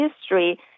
history